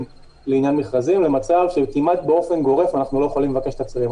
לעניין מכרזים למצב שכמעט באופן גורף אנחנו לא יכולים לבקש תצהירים.